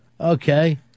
okay